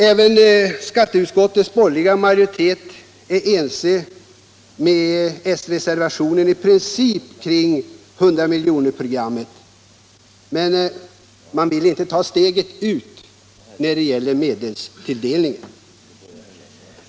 Även skatteutskottets borgerliga majoritet är i princip ense med s-reservationen kring hundramiljonersprogrammet, men man vill inte ta steget fullt ut när det gäller medelstilldelningen.